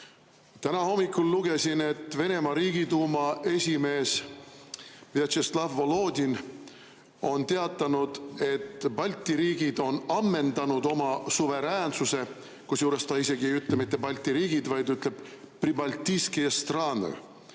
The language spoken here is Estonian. Täna hommikul lugesin, et Venemaa riigiduuma esimees Vjatšeslav Volodin on teatanud, et Balti riigid on ammendanud oma suveräänsuse – kusjuures ta isegi ei ütle mitte "Balti riigid", vaid ütleb "pribaltiskije stranõ"